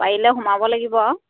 পাৰিলে সোমাব লাগিব আৰু